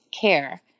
care